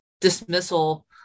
dismissal